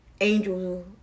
Angel